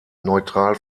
neutral